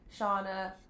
Shauna